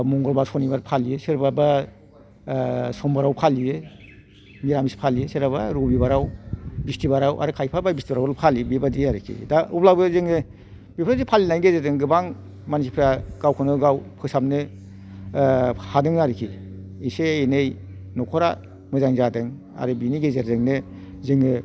मंगलबार सनिबार फालियो सोरबा बा समबाराव फालियो निरामिस फालियो सोरबा बा रबिबाराव बिसथिबाराव आरो खायफा बा बिसथिबारावल' फालियो बे बायदि आरिखि दा अब्लाबो जोङो बेफोर बायदि फालिनायनि गेजेरजों गोबां मानसिफ्रा गावखौनो गाव फोसाबनो हादों आरिखि एसे एनै न'खरा मोजां जादों आरो बिनि गेजेरजोंनो जोङो